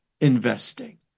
investing